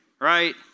Right